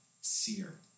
sear